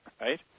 right